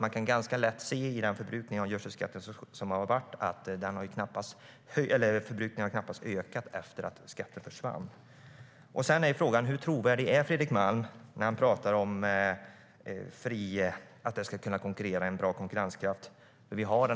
Man kan ju ganska lätt se att förbrukningen knappast har ökat efter att skatten försvann. Sedan är frågan: Hur trovärdig är Fredrik Malm när han pratar om att man ska kunna konkurrera och att det ska vara en bra konkurrenskraft när vi har